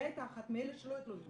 היא הייתה אחת מאלה שלא התלוננו